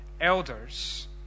elders